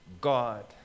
God